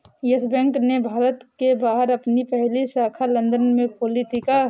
yes Bank ने भारत के बाहर अपनी पहली शाखा लंदन में खोली थी